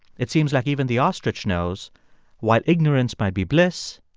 it seems like even the ostrich knows while ignorance might be bliss,